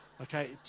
Okay